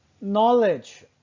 knowledge